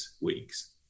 weeks